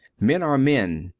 men are men,